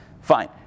Fine